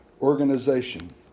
organization